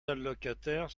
allocataires